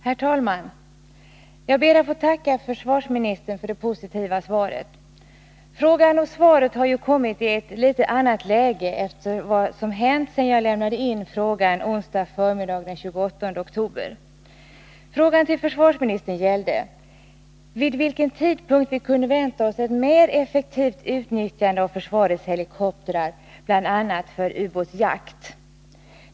Herr talman! Jag ber att få tacka försvarsministern för det positiva svaret. Frågan och svaret har ju kommit i ett annat läge efter vad som hänt sedan jag lämnade in frågan onsdag förmiddag den 28 oktober. Frågan till försvarsministern gällde vid vilken tidpunkt vi kunde vänta oss ett mer effektivt utnyttjande av försvarets helikoptrar, bl.a. för ubåtsjakt.